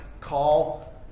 call